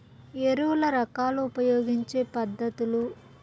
ఎరువుల రకాలు ఉపయోగించే పద్ధతులు?